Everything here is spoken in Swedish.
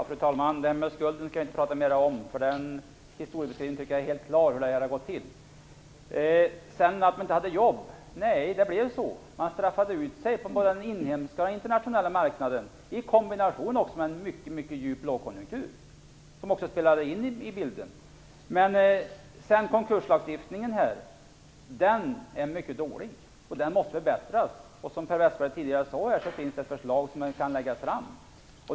Fru talman! Jag skall inte tala mera om vem som bär skulden. Jag tycker att det är helt klart hur det har gått till. Företagen hade inga jobb, sade Dag Ericson. Nej, det blev så. Man straffade ut sig från både inhemska och internationella marknader i kombination med en mycket djup lågkonjunktur. Den spelade också en roll. Sedan är konkurslagstiftningen mycket dålig. Den måste förbättras. Som Per Westerberg tidigare sade finns det ett förslag som kan läggas fram.